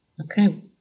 Okay